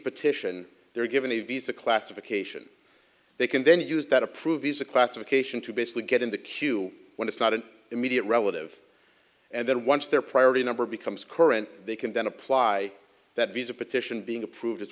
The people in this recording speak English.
petition they're given a visa classification they can then use that approves a classification to basically get in the queue when it's not an immediate relative and then once their priority number becomes current they can then apply that visa petition being approved as